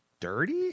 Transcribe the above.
dirty